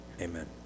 amen